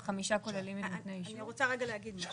אני רוצה רגע להגיד משהו.